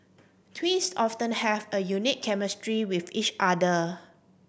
twins often have a unique chemistry with each other